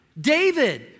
David